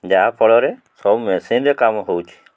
ଯାହାଫଳରେ ସବୁ ମେସିନ୍ରେ କାମ ହଉଛି